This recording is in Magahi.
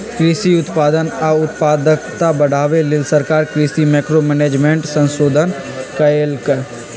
कृषि उत्पादन आ उत्पादकता बढ़ाबे लेल सरकार कृषि मैंक्रो मैनेजमेंट संशोधन कएलक